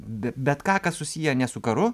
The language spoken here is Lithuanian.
be bet ką kas susiję ne su karu